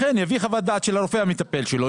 לכן יביא חוות דעת של הרופא המטפל שלו,